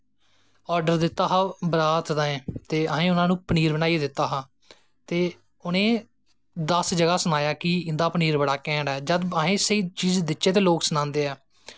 order दित्ता दा बरात तांए ते असैं उनैं नू पनीर बनाईयै दित्ता हा ते उनैं दस जगाह् सनाया कि इंदा पनीर बड़ा घैंट ऐ जद अस स्हेई चीज़ देच्चै ते लोग सनांदे ऐं